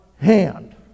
hand